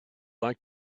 like